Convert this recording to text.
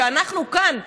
שאנחנו כאן נכשלים,